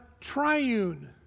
triune